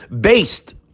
Based